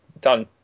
done